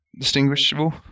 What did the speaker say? Distinguishable